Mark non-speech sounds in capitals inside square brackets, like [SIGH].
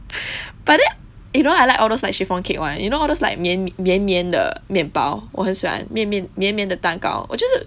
[LAUGHS] but then you know I like all those like chiffon cake [one] you know all those like 绵绵绵绵的面包我很喜欢绵绵绵绵的蛋糕我就是